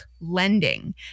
lending